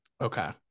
Okay